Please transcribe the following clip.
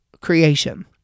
creation